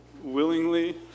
willingly